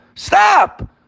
Stop